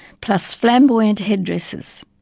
plus flamboyant head-dresses.